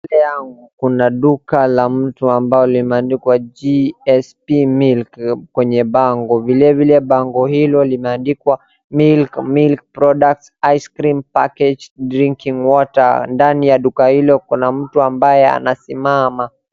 Mbele yangu kuna duka la mtu ambalo limeandikwa GSP MILK kwenye bango, vilevile bango hilo limeandikwa Milk, milk products, ice cream, packaged drinking water ndani ya duka hilo kuna mtu ambaye anasimama.